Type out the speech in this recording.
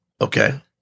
Okay